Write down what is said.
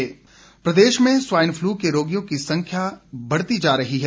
swine flu प्रदेश में swine flu के रोगियों की संख्या बढ़ती जा रही है